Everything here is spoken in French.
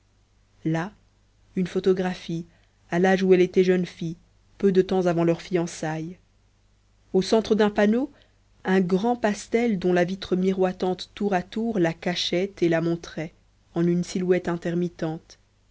là une photographie à l'âge où elle était jeune fille peu de temps avant leurs fiançailles au centre d'un panneau un grand pastel dont la vitre miroitante tour à tour la cachait et la montrait en une silhouette intermittente